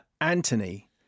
Anthony